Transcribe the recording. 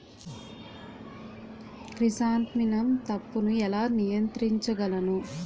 Chrysanthemum తప్పును ఎలా నియంత్రించగలను?